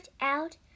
out